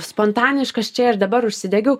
spontaniškas čia ir dabar užsidegiau